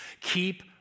Keep